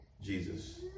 Jesus